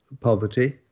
poverty